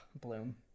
Bloom